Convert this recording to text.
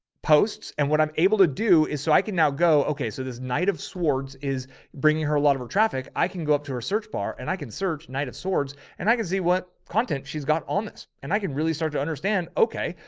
posts. and what i'm able to do is so i can now go, okay, so this night of swartz is bringing her a lot of our traffic. i can go up to her search bar and i can search knight of swords and i can see what content she's got on this, and i can really start to understand. okay.